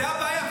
זו הבעיה,